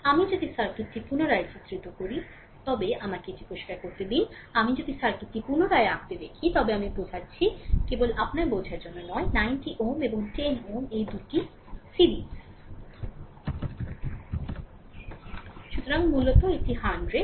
সুতরাং আমি যদি সার্কিটটি পুনরায় চিত্রিত করি তবে আমাকে এটি পরিষ্কার করতে দিন আমি যদি সার্কিটটি পুনরায় আঁকতে দেখি তবে আমি বোঝাচ্ছি কেবল আপনার বোঝার জন্য সুতরাং 90 Ω এবং 10 Ω এই দুটি series সুতরাং মূলত এটি 100